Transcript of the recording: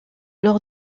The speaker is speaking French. lors